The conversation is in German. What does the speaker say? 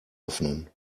öffnen